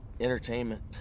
entertainment